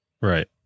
Right